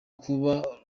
kuba